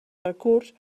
recurs